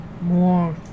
more